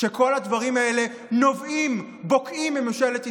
כשכל הדברים האלה נובעים, בוקעים מממשלת ישראל,